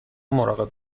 مراقب